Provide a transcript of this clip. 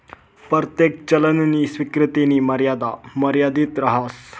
परतेक चलननी स्वीकृतीनी मर्यादा मर्यादित रहास